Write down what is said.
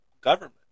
government